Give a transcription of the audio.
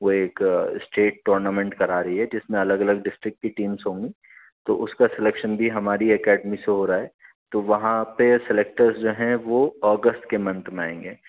وہ ایک state tournament کرا رہی ہے جس میں الگ الگ ڈسٹرکٹ کی ٹیمس ہوں گی تو اس کا سلیکشن بھی ہماری اکیڈمی سے ہو رہا ہے تو وہاں پہ سلیکٹرس جو ہیں وہ اگست کے منتھ میں آئیں گے